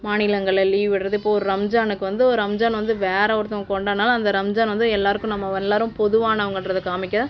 மாநிலங்களில் லீவ் விடுறது இப்போ ரம்ஜானுக்கு வந்து ரம்ஜான் வந்து வேறு ஒருத்தவங்க கொண்டாடினாலும் அந்த ரம்ஜான் வந்து எல்லார்க்கும் நம்ம எல்லாரும் பொதுவானவங்கன்றதை காமிக்க